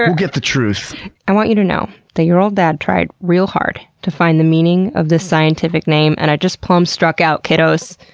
and get the truth i want you to know that your old dad tried hard to find the meaning of this scientific name and i just plumb struck out, kiddos.